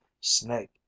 Snake